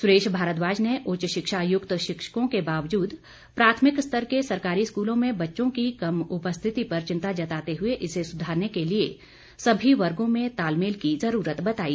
सुरेश भारद्वाज ने उच्च शिक्षा युक्त शिक्षकों के बावजूद प्राथमिक स्तर के सरकारी स्कूलों में बच्चों की कम उपस्थिति पर चिंता जताते हुए इसे सुधारने के लिए सभी वर्गों में तालमेल की जरूरत बताई